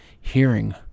hearing